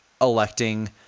Electing